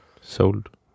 sold